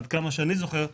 עד כמה שאני זוכר.